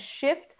shift